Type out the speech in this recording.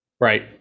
Right